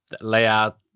layout